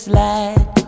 light